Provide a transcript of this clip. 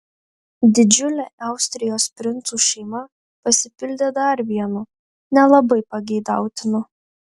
didžiulė austrijos princų šeima pasipildė dar vienu nelabai pageidautinu